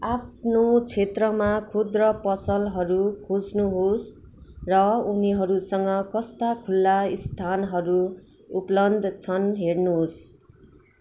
आफ्नो क्षेत्रमा खुद्रा पसलहरू खोज्नुहोस् र उनीहरूसँग कस्ता खुला स्थानहरू उपलब्ध छन् हेर्नुहोस्